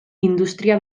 industria